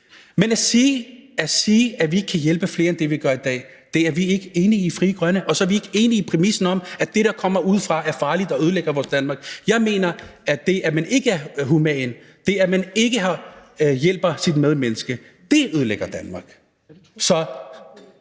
Men at sige, at vi ikke kan hjælpe flere end det, vi gør i dag, er vi ikke enige i i Frie Grønne, og så er vi ikke enige i præmissen om, at det, der kommer udefra, er farligt og ødelægger vores Danmark. Jeg mener, at det, at man ikke er human, det, at man ikke hjælper sit medmenneske, ødelægger Danmark. Så